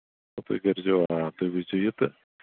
ہُپٲرۍ کٔرۍزیو آ تُہۍ وٕچھزیو یہِ تہٕ